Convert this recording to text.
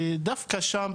ודווקא שם,